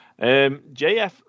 JF